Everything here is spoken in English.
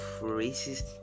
racist